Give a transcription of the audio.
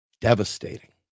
devastating